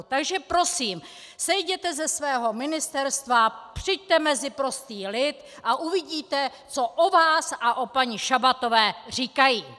Takže prosím, sejděte ze svého ministerstva, přijďte mezi prostý lid a uvidíte, co o vás a o paní Šabatové říkají!